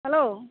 hello